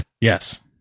Yes